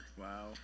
Wow